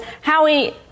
Howie